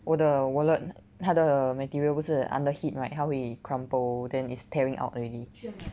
我的 wallet 它的 material 不是 under heat right 它会 crumple then is tearing out already